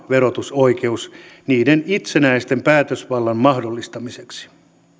verotusoikeus niiden itsenäisen päätösvallan mahdollistamiseksi